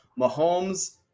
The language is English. Mahomes